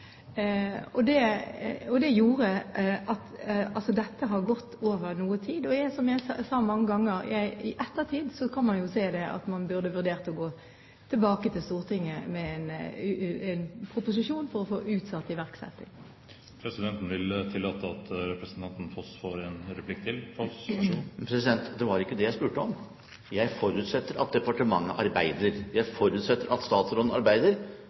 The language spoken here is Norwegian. jeg sa mange ganger, i ettertid kan man se at man burde vurdert å gå tilbake til Stortinget med en proposisjon for å få utsatt iverksettingen. Det var ikke det jeg spurte om. Jeg forutsetter at departementet arbeider. Jeg forutsetter at statsråden arbeider. Og jeg forutsetter faktisk at statsråden vurderer. Men jeg spurte om konklusjonen. Er det faktum at en lov med datofestet ikrafttredelse ikke er iverksatt, en faktaopplysning som statsråden